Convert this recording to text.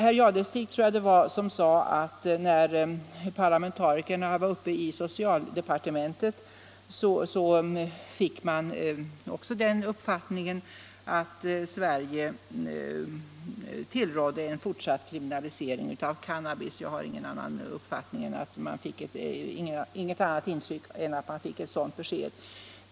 Jag tror det var herr Jadestig som sade att när de holländska parlamentarikerna var uppe i socialdepartementet fick de också den uppfattningen att Sverige tillrådde en fortsatt kriminalisering av cannabis. Jag har inget annat intryck än att man fick ett sådant besked.